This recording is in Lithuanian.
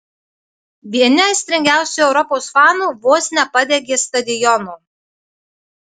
vieni aistringiausių europos fanų vos nepadegė stadiono